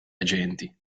agenti